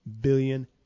billion